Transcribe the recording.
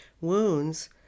Wounds